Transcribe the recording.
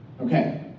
Okay